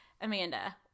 Amanda